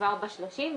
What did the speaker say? כבר ב-30,